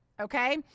Okay